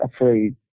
afraid